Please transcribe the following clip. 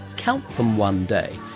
count them one day.